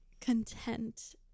content